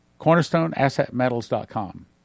Cornerstoneassetmetals.com